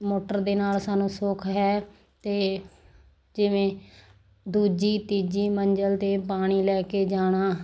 motor ਦੇ ਨਾਲ ਸਾਨੂੰ ਸੁਖ ਹੈ ਅਤੇ ਜਿਵੇਂ ਦੂਜੀ ਤੀਜੀ ਮੰਜ਼ਿਲ 'ਤੇ ਪਾਣੀ ਲੈ ਕੇ ਜਾਣਾ